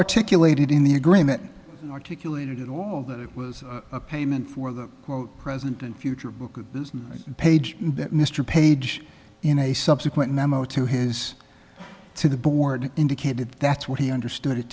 articulated in the agreement articulated although it was a payment for the present and future book page mr page in a subsequent memo to his to the board indicated that's what he understood it